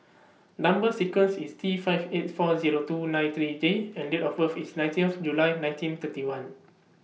Number sequence IS T five eight four Zero two nine three J and Date of birth IS nineteenth July nineteen thirty one